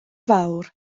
fawr